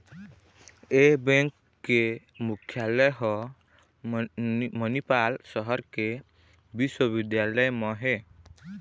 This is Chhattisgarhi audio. ए बेंक के मुख्यालय ह मनिपाल सहर के बिस्वबिद्यालय म हे